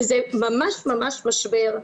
וזה ממש ממש משבר.